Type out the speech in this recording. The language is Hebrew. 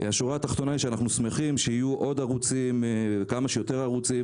השורה התחתונה היא שאנחנו שמחים שיהיו עוד ערוצים וכמה שיותר ערוצים.